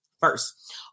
first